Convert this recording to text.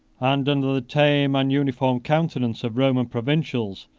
and under the tame and uniform countenance of roman provincials,